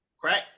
crack